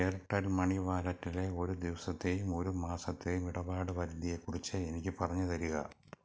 Airtel money വാലറ്റിലെ ഒരു ദിവസത്തെയും ഒരു മാസത്തെയും ഇടപാട് പരിധിയെ കുറിച്ച് എനിക്ക് പറഞ്ഞു തരിക